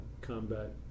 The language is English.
combat